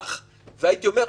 אני לא יודעת,